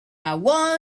allow